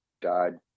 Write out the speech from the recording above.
died